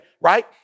right